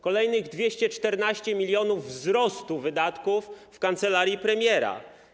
Kolejne 214 mln zł wzrostu wydatków w kancelarii premiera.